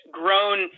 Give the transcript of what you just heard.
grown